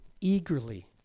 eagerly